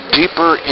deeper